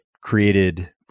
created